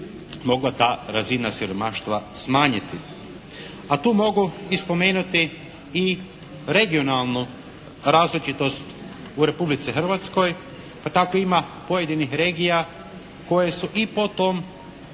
mogla ta razina siromaštva smanjiti. A tu mogu i spomenuti i regionalnu različitost u Republici Hrvatskoj. Pa tako ima pojedinih regija koje su i po tom,